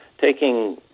taking